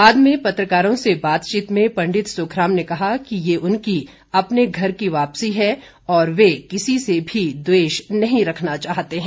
बाद में पत्रकारों से बातचीत में पंडित सुखराम ने कहा कि ये उनकी अपने घर की वापसी है और वे किसी से भी द्वेष नहीं रखना चाहते हैं